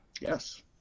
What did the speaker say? Yes